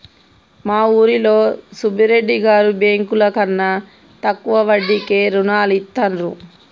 మా ఊరిలో సుబ్బిరెడ్డి గారు బ్యేంకుల కన్నా తక్కువ వడ్డీకే రుణాలనిత్తండ్రు